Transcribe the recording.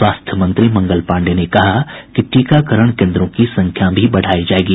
स्वास्थ्य मंत्री मंगल पाण्डेय ने कहा कि टीकाकरण केन्द्रों की संख्या भी बढ़ाई जायेगी